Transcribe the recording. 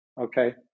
okay